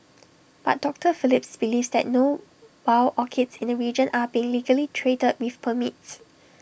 but doctor Phelps believes that no wild orchids in the region are being legally traded with permits